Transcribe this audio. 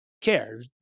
care